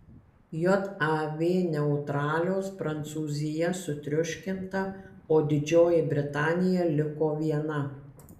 jav neutralios prancūzija sutriuškinta o didžioji britanija liko viena